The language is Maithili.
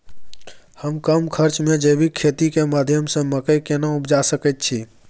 हम कम खर्च में जैविक खेती के माध्यम से मकई केना उपजा सकेत छी?